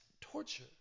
torture